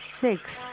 six